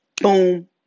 boom